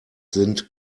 sind